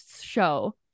show